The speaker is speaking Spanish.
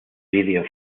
video